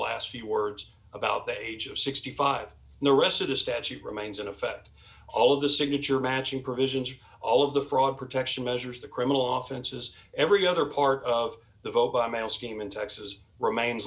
last few words about the age of sixty five and the rest of the statute remains in effect all of the signature matching provisions all of the fraud protection measures the criminal often says every other part of the vote by mail scheme in texas remains